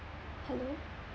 hello